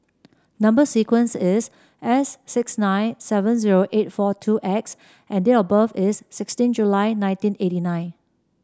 number sequence is S six nine seven zero eight four two X and date of birth is sixteen July nineteen eighty nine